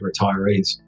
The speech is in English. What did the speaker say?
retirees